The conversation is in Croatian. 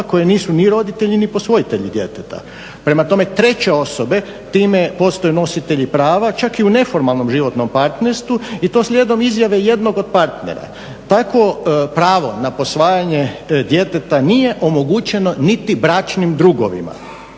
koji nisu ni roditelji ni posvojitelji djeteta, prema tome treće osobe time postaju nositelji prava čak i u neformalnom životnom partnerstvu i to slijedom izjave jednog od partnera. Takvo pravo na posvajanje djeteta nije omogućeno niti bračnim drugovima,